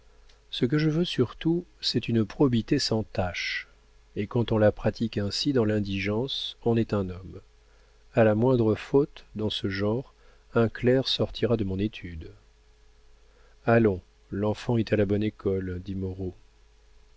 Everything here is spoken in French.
ce que je veux surtout c'est une probité sans tache et quand on la pratique ainsi dans l'indigence on est un homme a la moindre faute dans ce genre un clerc sortira de mon étude allons l'enfant est à la bonne école dit